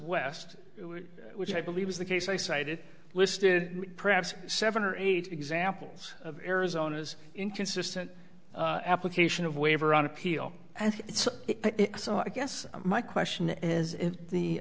west which i believe is the case i cited listed perhaps seven or eight examples of arizona's inconsistent application of waiver on appeal and it's it so i guess my question is if the